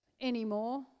anymore